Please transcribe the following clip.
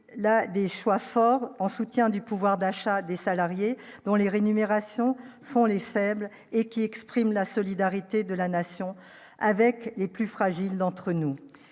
là des choix forts en soutien du pouvoir d'achat des salariés dont les rémunérations sont les faibles et qui exprime la solidarité de la nation avec les plus fragiles d'entre nous